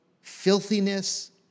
filthiness